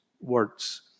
words